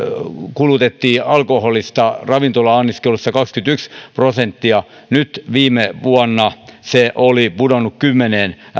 kulutettiin alkoholista ravintola anniskelussa kaksikymmentäyksi prosenttia nyt viime vuonna se oli pudonnut kymmeneen